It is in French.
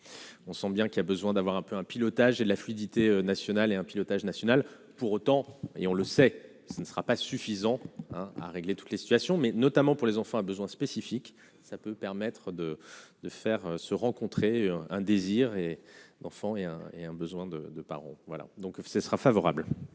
On sent bien qu'il y a besoin d'avoir un peu un pilotage et la fluidité national et un pilotage national pour autant et on le sait, ce ne sera pas suffisant à régler toutes les situations, mais notamment pour les enfants à besoins spécifiques, ça peut permettre de de faire se rencontrer un désir et d'enfants et un, et un besoin de de parents, voilà donc ce sera favorable.